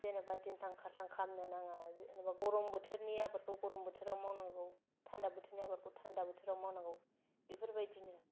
जेन'बा दिलथां खालथां खालामनो नाङा जेन'बा गरम बोथोरनि आबादखौ गरम बोथोराव मावनांगौ थान्दा बोथोरनि आबादखौ थान्दा बोथोरावनो मावनांगौ बेफोरबादिनो